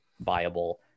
viable